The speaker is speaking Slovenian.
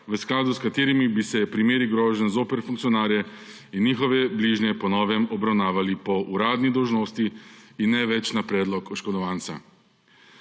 v skladu s katerimi bi se primeri groženj zoper funkcionarje in njihove bližnje po novem obravnavali po uradni dolžnosti in ne več na predlog oškodovanca.